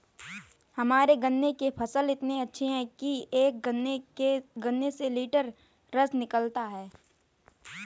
हमारे गन्ने के फसल इतने अच्छे हैं कि एक गन्ने से एक लिटर रस निकालता है